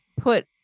put